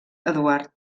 eduard